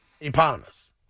Eponymous